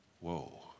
whoa